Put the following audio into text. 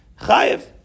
Chayev